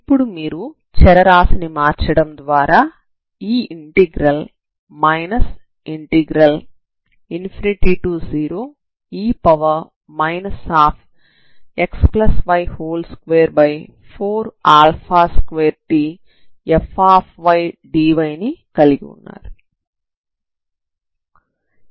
ఇప్పుడు మీరు చరరాశి ని మార్చడం ద్వారా ఈ ఇంటిగ్రల్ 0e xy242tfdy అవుతుంది